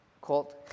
called